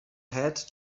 had